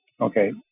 Okay